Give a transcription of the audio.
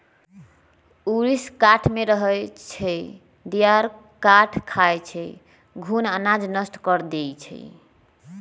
ऊरीस काठमे रहै छइ, दियार काठ खाई छइ, घुन अनाज नष्ट कऽ देइ छइ